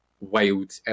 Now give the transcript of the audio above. wild